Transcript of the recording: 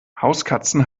hauskatzen